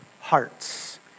hearts